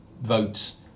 votes